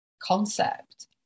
concept